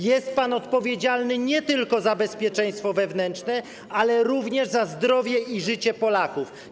Jest pan odpowiedzialny nie tylko za bezpieczeństwo wewnętrzne, ale również za zdrowie i życie Polaków.